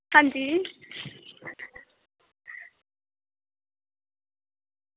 आं जी